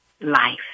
life